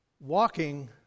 walking